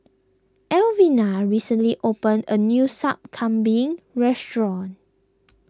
Elvina recently opened a new Sup Kambing restaurant